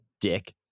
dick